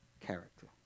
character